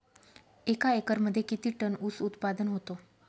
एका एकरमध्ये किती टन ऊस उत्पादन होतो?